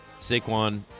Saquon